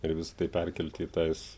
ir visa tai perkelti į tas